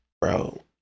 Bro